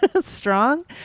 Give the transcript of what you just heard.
strong